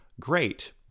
great